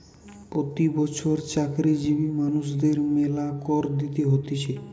প্রতি বছর চাকরিজীবী মানুষদের মেলা কর দিতে হতিছে